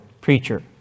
preacher